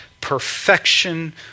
perfection